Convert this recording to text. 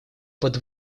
под